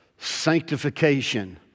Sanctification